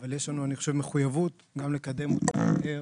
אבל יש לנו מחויבות גם לקדם אותן מהר